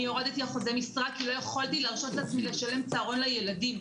אני הורדתי אחוזי משרה כי לא יכולתי להרשות לעצמי לשלם צהרון לילדים,